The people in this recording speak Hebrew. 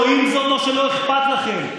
אתם לא רואים זאת או שלא אכפת לכם?